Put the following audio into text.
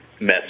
mess